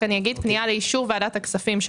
פנייה לאישור ועדת הכספים,